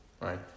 right